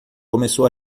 começou